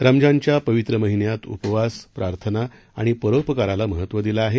रमजानच्या पवित्र महिन्यात उपवास प्रार्थना आणि परोपकाराला महत्व दिलं आहे